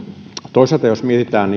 toisaalta jos mietitään